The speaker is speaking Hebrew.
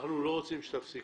אנחנו לא רוצים שתפסיקו.